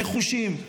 נחושים,